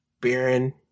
Baron